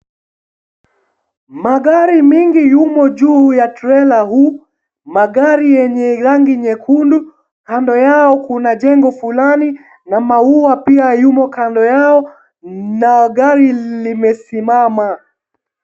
Magari mingi yumo juu ya trela huu, magari yenye rangi nyekundu kando yao kuna jengo fulani na maua pia yumo kando yao na gari limesimama.